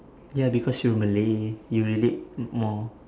ya because you're malay you relate m~ more